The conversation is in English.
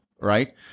Right